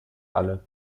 alle